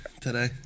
today